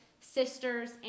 sisters